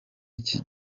iki